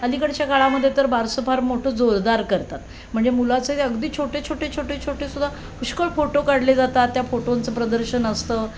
अलीकडच्या काळामध्ये तर बारसं फार मोठं जोरदार करतात म्हणजे मुलाचं अगदी छोटे छोटे छोटे छोटे सुद्धा पुष्कळ फोटो काढले जातात त्या फोटोंचं प्रदर्शन असतं